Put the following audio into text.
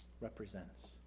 represents